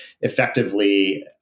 effectively